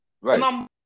Right